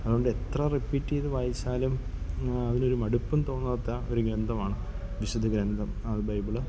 അതുകൊണ്ട് എത്ര റെപ്പീറ്റ് ചെയ്ത് വായിച്ചാലും അതിലൊരു മടുപ്പും തോന്നാത്ത ഒരു ഗ്രന്ഥമാണ് വിശുദ്ധഗ്രന്ഥം അത് ബൈബിള്